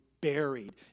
buried